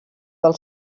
del